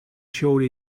showed